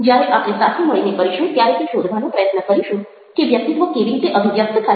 જ્યારે આપણે સાથે મળીને કરીશું ત્યારે તે શોધવાનો પ્રયત્ન કરીશું કે વ્યક્તિત્વ કેવી રીતે અભિવ્યક્ત થાય છે